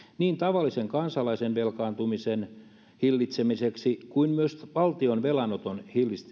niin tavallisen kansalaisen velkaantumisen hillitsemiseksi kuin myös valtion velanoton